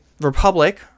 Republic